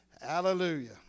hallelujah